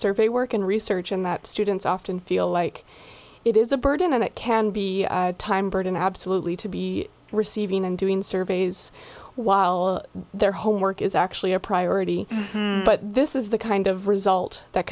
survey work and research in that students often feel like it is a burden and it can be time burden absolutely to be receiving and doing surveys while their homework is actually a priority but this is the kind of result that